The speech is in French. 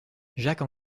jacques